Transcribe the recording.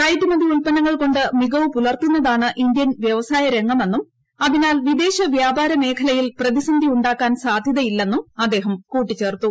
കയറ്റുമതി ഉൽപന്നങ്ങൾ കൊണ്ട് മികവു പുലർത്തുന്നതാണ് ഇന്ത്യൻ വ്യവസായ രംഗമെന്നും അതിനാൽ വിദേശവ്യാപാര മേഖലയിൽ പ്രതിസന്ധി ഉണ്ടാക്കാൻ സാധൃതയില്ലെന്നും അദ്ദേഹം കൂട്ടിച്ചേർത്തു